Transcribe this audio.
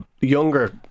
younger